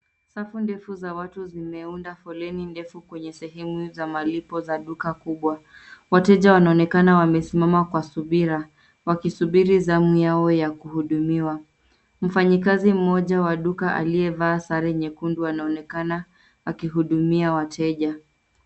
Safu ndefu za watu zimeunda foleni ndefu kwenye sehemu za malipo za duka kubwa. Wateja wanaonekana wamesimama kwa subira. Wakisubiri zamu yao ya kuhudumiwa. Mfanyikazi mmoja wa duka aliyevaa sare nyekundu anaonekana akihudumia wateja.